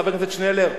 חבר הכנסת שנלר,